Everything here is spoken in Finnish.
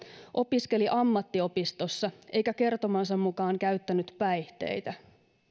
opiskeli ammattiopistossa eikä kertomansa mukaan käyttänyt päihteitä